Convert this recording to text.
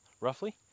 roughly